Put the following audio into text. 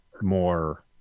more